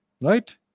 Right